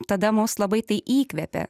tada mus labai tai įkvėpė